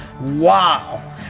Wow